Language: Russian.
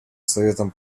советом